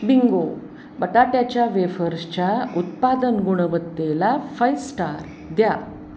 Bingo बटाट्याच्या वेफर्सच्या उत्पादन गुणवत्तेला फाईव स्टार द्या